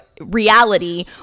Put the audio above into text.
reality